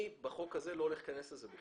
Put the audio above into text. אני בחוק הזה לא הולך להיכנס לזה.